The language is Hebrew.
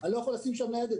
אני לא יכול לשים שם ניידת.